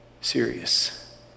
serious